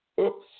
Oops